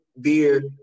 beer